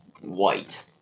white